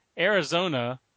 Arizona